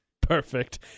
Perfect